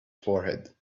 forehead